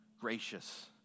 gracious